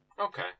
Okay